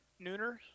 Nooner